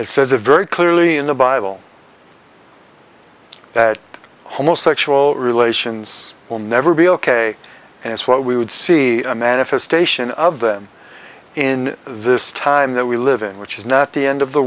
it says a very clearly in the bible that homo sexual relations will never be ok and it's what we would see a manifestation of them in this time that we live in which is not the end of the